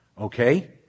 Okay